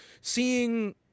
seeing